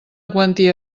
quantia